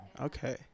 Okay